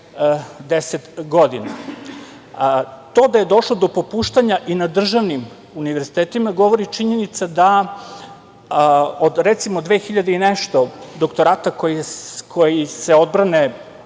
10 godina. To da je došlo i do popuštanja i na državnim univerzitetima govori činjenica da od, recimo, 2000 i nešto doktorata koji se odbrane